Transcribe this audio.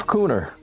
Cooner